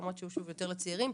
למרות שהוא יותר לצעירים,